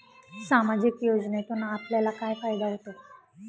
सामाजिक योजनेतून आपल्याला काय फायदा होतो?